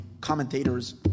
commentators